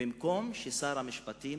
במקום ששר המשפטים,